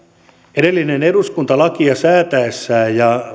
edellinen eduskunta lakia säätäessään ja